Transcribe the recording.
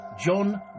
John